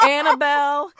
Annabelle